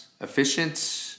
efficient